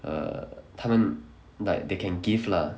err 他们 like they can give lah